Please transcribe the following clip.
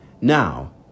Now